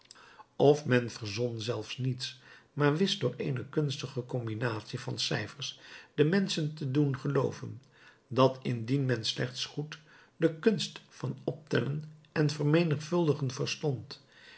of men verzon zelfs niets maar wist door eene kunstige combinatie van cijfers de menschen te doen gelooven dat indien men slechts goed de kunst van optellen en vermenigvuldigen verstond